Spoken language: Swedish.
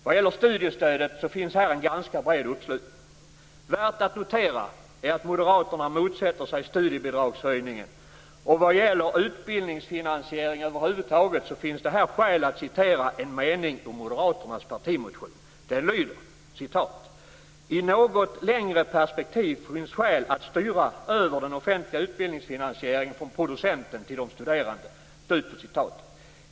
Vad gäller studiestödet finns här en ganska bred uppslutning. Värt att notera är att Moderaterna motsätter sig studiebidragshöjningen. Vad gäller utbildningsfinansiering över huvud taget finns det här skäl att citera en mening ur Moderaternas partimotion. Den lyder: "I ett något längre perspektiv finns skäl att styra över den offentliga utbildningsfinansieringen från producenterna till de studerande."